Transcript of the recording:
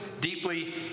deeply